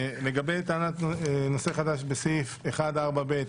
לגבי טענת נושא חדש בסעיף 1(4)(ב),